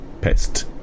pest